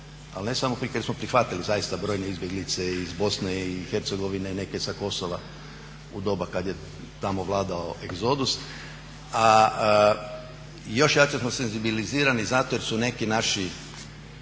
ali ne samo koji smo prihvatili zaista brojne izbjeglice iz BiH i neke sa Kosova u doba kada je tamo vladao egzodus. Još jače smo senzibilizirani zato jer su neki naši